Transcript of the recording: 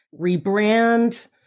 rebrand